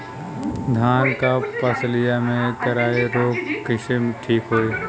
धान क फसलिया मे करईया रोग कईसे ठीक होई?